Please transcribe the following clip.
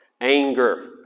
anger